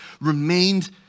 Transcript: remained